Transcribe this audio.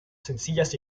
sencillas